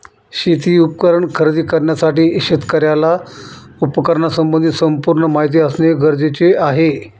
शेती उपकरण खरेदी करण्यासाठी शेतकऱ्याला उपकरणासंबंधी संपूर्ण माहिती असणे गरजेचे आहे